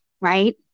right